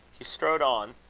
he strode on